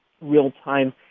real-time